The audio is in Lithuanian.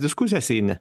diskusijas eini